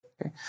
Okay